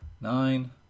Nine